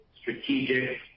strategic